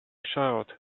child